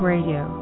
Radio